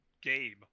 game